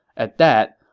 at that,